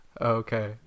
Okay